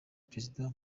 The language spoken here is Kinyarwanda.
perezida